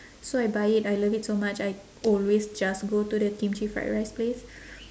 so I buy it I love it so much I always just go to the kimchi fried rice place